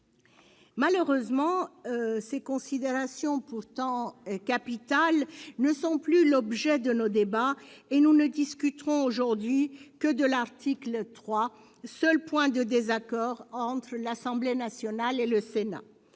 Malheureusement, ces considérations, pourtant capitales, ne sont plus l'objet de nos débats et nous ne discuterons aujourd'hui que de l'article 3, seul point de désaccord entre l'Assemblée nationale et le Sénat.